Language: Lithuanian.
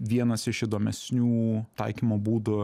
vienas iš įdomesnių taikymo būdų